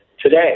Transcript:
today